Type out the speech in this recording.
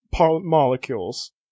molecules